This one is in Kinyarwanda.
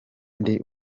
ndi